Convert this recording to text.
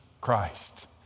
Christ